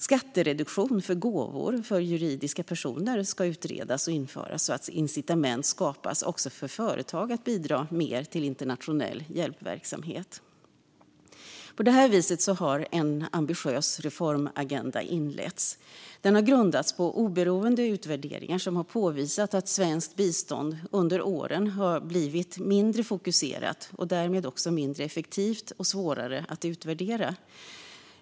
Skattereduktion för gåvor för juridiska personer ska utredas och införas så att incitament skapas också för företag att bidra mer till internationell hjälpverksamhet. På detta vis har en ambitiös reformagenda inletts. Den har grundats på oberoende utvärderingar som har påvisat att svenskt bistånd under åren har blivit mindre fokuserat och därmed också mindre effektivt och svårare att utvärdera.